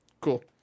cool